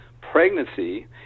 pregnancy